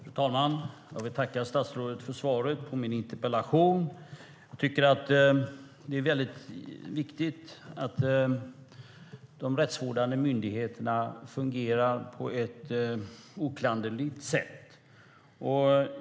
Fru talman! Jag vill tacka statsrådet för svaret på min interpellation. Jag tycker att det är väldigt viktigt att de rättsvårdande myndigheterna fungerar på ett oklanderligt sätt.